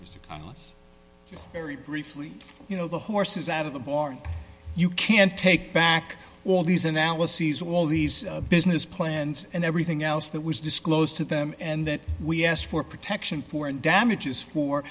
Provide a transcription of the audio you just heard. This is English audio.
less very briefly you know the horse is out of the barn you can take back all these analyses all these business plans and everything else that was disclosed to them and that we asked for protection for and damages fo